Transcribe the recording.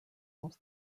most